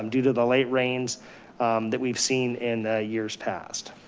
um due to the late rains that we've seen in the years past.